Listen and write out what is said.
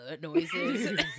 noises